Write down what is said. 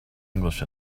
english